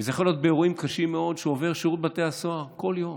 זה יכול להיות באירועים קשים מאוד שעובר שירות בתי הסוהר כל יום,